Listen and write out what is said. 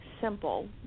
simple